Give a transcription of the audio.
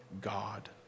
God